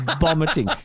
vomiting